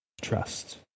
Trust